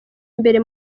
imbere